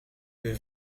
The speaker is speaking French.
vais